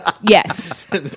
Yes